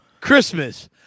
Christmas